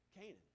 canaan